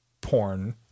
porn